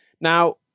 Now